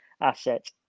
asset